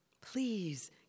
Please